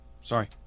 Sorry